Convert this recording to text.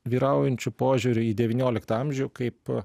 vyraujančiu požiūriu į devynioliktą amžių kaip